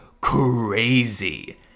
crazy